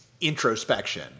introspection